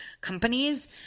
companies